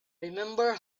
remember